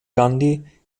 gandhi